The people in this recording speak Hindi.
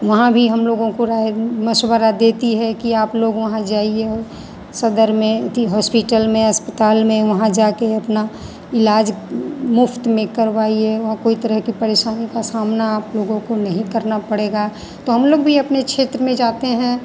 वहाँ भी हम लोगों को राय मशवरा देती है कि आप लोग वहाँ जाइए और सदर में होस्पिटल में अस्पताल में वहाँ जाके अपना इलाज मुफ्त में करवाइए वहाँ कोई तरह की परेशानी का सामना आप लोगों को नहीं करना पड़ेगा तो हम लोग भी अपने क्षेत्र में जाते हैं